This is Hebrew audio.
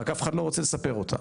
רק אף אחד לא רוצה לספר אותה.